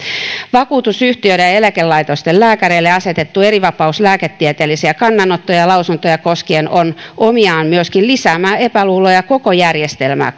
vakuutusyhtiöiden ja eläkelaitosten lääkäreille asetettu erivapaus lääketieteellisiä kannanottoja ja lausuntoja koskien on omiaan myöskin lisäämään epäluuloja koko järjestelmää